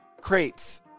crates